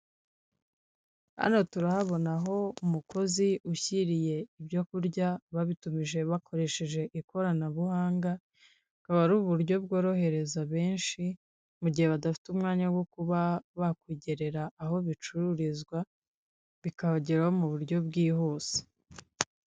Hano turahabonaho umukozi ushyiriye ibyo kurya ababitumije bakoresheje ikoranabuhanga, bukaba ari uburyo bworohereza benshi mu gihe badafite umwanya wo kuba bakwigerera aho bicururizwa, bikabageraho mu buryo bwihuse.